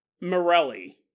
Morelli